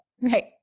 right